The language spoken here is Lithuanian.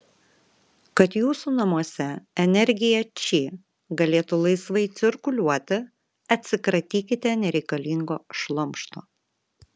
kad jūsų namuose energija či galėtų laisvai cirkuliuoti atsikratykite nereikalingo šlamšto